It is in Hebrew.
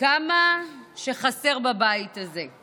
כמה שחסר בבית הזה.